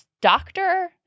doctor